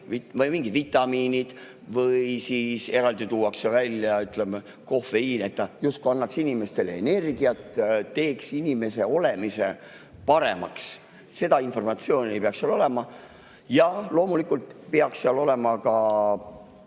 nagu mingid vitamiinid. Eraldi tuuakse välja, ütleme, kofeiin, et ta justkui annaks inimestele energiat, teeks inimese olemise paremaks. Seda informatsiooni ei peaks seal olema. Ja loomulikult ei tohiks olla,